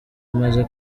amaze